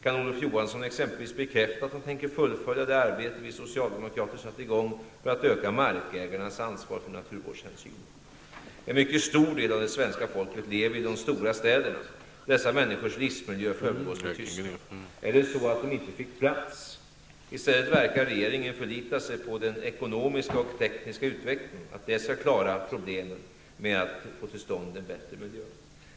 Kan Olof Johansson exempelvis bekräfta att han tänker fullfölja det arbete vi socialdemokrater satte i gång för att öka markägarnas ansvar för naturvårdshänsynen? En mycket stor del av det svenska folket lever i de stora städerna. Dessa människors livsmiljö förbigås med tystnad. Fick de inte plats? I stället verkar regeringen förlita sig på att den ekonomiska och tekniska utvecklingen skall klara problemen med att få till stånd en bättre miljö.